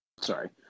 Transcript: Sorry